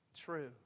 true